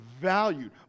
valued